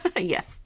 Yes